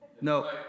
No